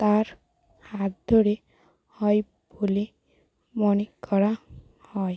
তার হাত ধরে হয় বলে মনে করা হয়